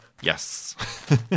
yes